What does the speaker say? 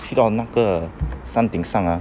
去到那个山顶上 ah